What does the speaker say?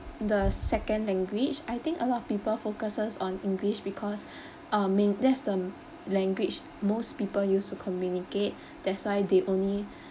the s~ second language I think a lot of people focuses on english because uh mean that's the language most people use to communicate that's why they only